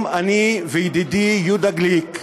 אני מעדיף ללכת